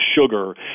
sugar